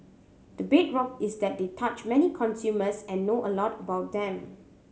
the bedrock is that they touch many consumers and know a lot about them